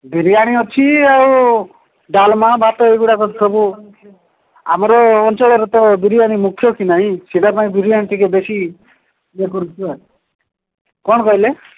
ବିରିୟାନୀ ଅଛି ଆଉ ଡାଲମା ଭାତ ଏଗୁଡ଼ାକ ସବୁ ଆମର ଅଞ୍ଚଳରେ ତ ବିରିୟାନୀ ମୁଖ୍ୟ କି ନାହିଁ ସେଟା ପାଇଁ ବିରିୟାନୀ ଟିକେ ବେଶି ଇଏ କରୁ କ'ଣ କହିଲେ